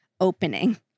opening